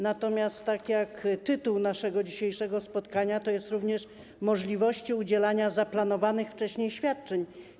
Natomiast temat naszego dzisiejszego spotkania dotyczy również możliwości udzielania zaplanowanych wcześniej świadczeń.